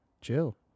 chill